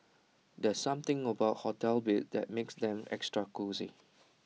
there's something about hotel beds that makes them extra cosy